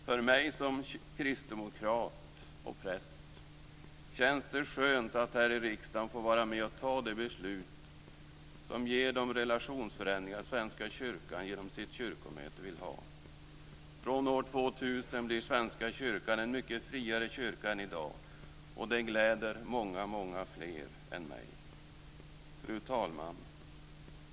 För mig som kristdemokrat och präst känns det skönt att här i riksdagen få vara med och fatta de beslut som ger de relationsförändringar Svenska kyrkan genom sitt kyrkomöte vill ha. Från år 2000 blir Svenska kyrkan en mycket friare kyrka än i dag, och det gläder många, många fler än mig. Fru talman!